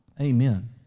Amen